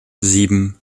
sieben